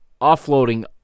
offloading